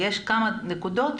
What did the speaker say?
כמה נקודות